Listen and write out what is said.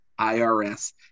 IRS